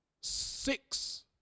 six